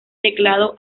teclado